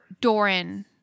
Doran